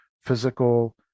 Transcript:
physical